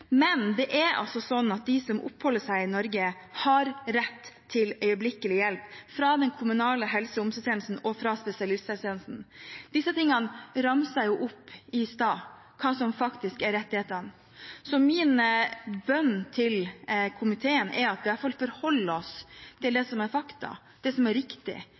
Men det er slik at de som oppholder seg i Norge, har rett til øyeblikkelig hjelp fra den kommunale helse- og omsorgstjenesten og fra spesialisthelsetjenesten. Dette ramset jeg opp i sted – hva som faktisk er rettighetene. Så min bønn til komiteen er at vi i hvert fall forholder oss til det som er fakta, det som er riktig,